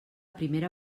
primera